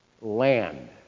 land